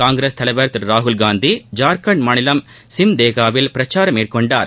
காங்கிரஸ் தலைவர் திரு ராகுல்காந்தி ஜார்கண்ட் மாநிலம் சிம்தேகாவில் பிரச்சாரம் மேற்கொண்டார்